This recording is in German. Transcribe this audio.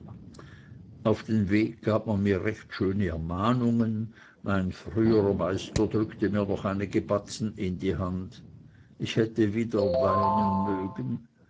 auf den weg gab man mir recht schöne ermahnungen mein früherer meister drückte mir noch einige batzen in die hand ich hätte wieder weinen mögen